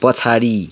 पछाडि